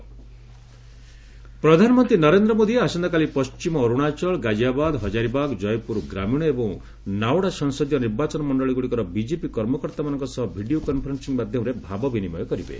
PM BJP ପ୍ରଧାନମନ୍ତ୍ରୀ ନରେନ୍ଦ ମୋଦି ଆସନ୍ତାକାଲି ପଶ୍ଚିମ ଅର୍ଥଣାଚଳ ଗାଜିଆବାଦ୍ ହଜାରିବାଗ୍ ଜୟପୁର ଗ୍ରାମୀଣ ଏବଂ ନାଓଡା ସଂସଦୀୟ ନିର୍ବାଚନ ମଣ୍ଡଳୀଗ୍ରଡ଼ିକର ବିଜେପି କର୍ମକର୍ତ୍ତାମାନଙ୍କ ସହ ଭିଡ଼ିଓ କନ୍ଫରେନ୍ସିଂ ମାଧ୍ୟମରେ ଭାବବିନିମୟ କରିବେ